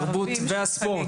התרבות והספורט.